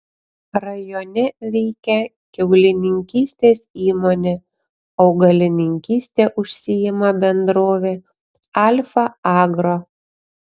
rajone veikia kiaulininkystės įmonė augalininkyste užsiima bendrovė alfa agro